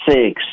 Six